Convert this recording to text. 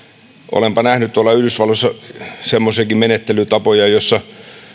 olenpa nähnyt yhdysvalloissa semmoisiakin menettelytapoja joissa